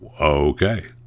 Okay